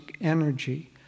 energy